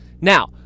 Now